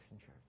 Church